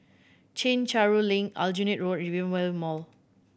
Chencharu Link Aljunied Road and Rivervale Mall